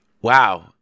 wow